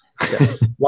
yes